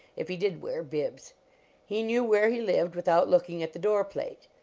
if he did wear bibs he knew where he lived without looking at the door-plate.